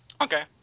Okay